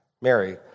Mary